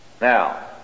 Now